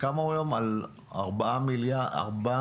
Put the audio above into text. שעומד היום על 432 מיליארד